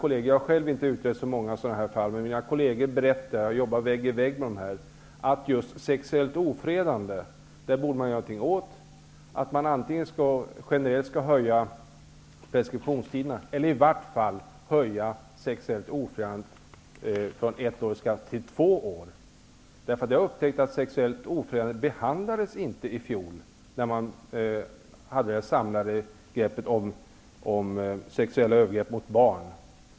Jag har själv inte utrett så många sådana här fall, men mina kolleger -- som jag arbetar vägg i vägg med -- framhåller att man borde vidta åtgärder när det gäller sexuellt ofredande. Antingen bör man generellt höja preskriptionstiderna eller i vart fall höja straffet för sexuellt ofredande från ett år till två år. Jag har upptäckt att frågan om sexuellt ofredande inte behandlades i fjol när man tog det samlade greppet över sexuella övergrepp mot barn.